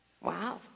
Wow